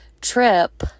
trip